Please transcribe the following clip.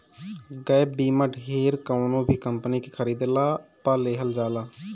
gap बीमा ढेर कवनो भी कंपनी के खरीदला पअ लेहल जाला